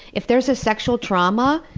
if there's a sexual trauma,